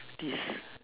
this